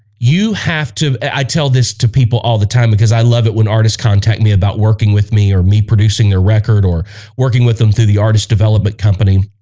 you have to tell this to people all the time because i love it when artists contact me about working with me or me producing their record or working with them through the artist development company.